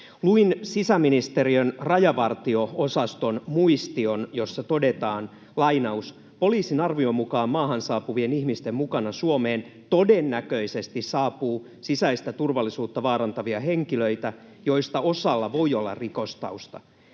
Luin sisäministeriön rajavartio-osaston muistion, jossa todetaan: ”Poliisin arvion mukaan maahan saapuvien ihmisten mukana Suomeen todennäköisesti saapuu sisäistä turvallisuutta vaarantavia henkilöitä, joista osalla voi olla rikostausta”.